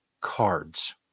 Cards